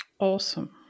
Awesome